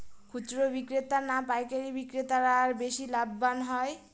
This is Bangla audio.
খুচরো বিক্রেতা না পাইকারী বিক্রেতারা বেশি লাভবান হয়?